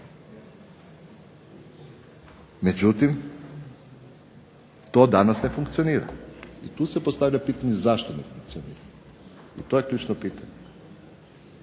Međutim, to danas ne funkcionira i tu se postavlja pitanje zašto to ne funkcionira, to je ključno pitanje.